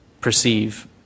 perceive